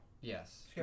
Yes